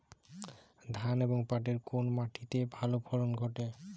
ধান এবং পাটের কোন মাটি তে ভালো ফলন ঘটে?